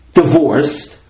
divorced